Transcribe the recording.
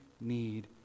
need